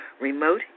remote